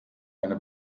eine